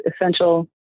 essential